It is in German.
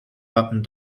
wappen